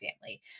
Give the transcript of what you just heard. family